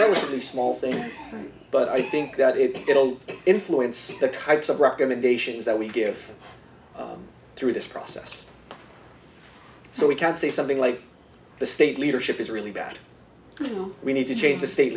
small things but i think that it will influence the types of recommendations that we give through this process so we can say something like the state leadership is really bad you know we need to change the state